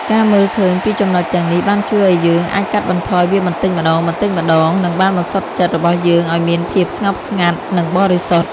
ការមើលឃើញពីចំណុចទាំងនេះបានជួយឱ្យយើងអាចកាត់បន្ថយវាបន្តិចម្តងៗនិងបានបន្សុទ្ធចិត្តរបស់យើងឱ្យមានភាពស្ងប់ស្ងាត់និងបរិសុទ្ធ។